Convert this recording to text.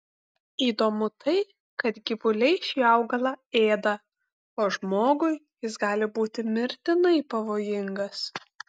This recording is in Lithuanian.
įdomu tai kad gyvuliai šį augalą ėda o žmogui jis gali būti mirtinai pavojingas